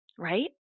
Right